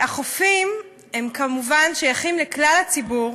החופים כמובן שייכים לכלל הציבור,